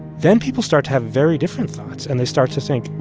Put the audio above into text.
then people start to have very different thoughts. and they start to think,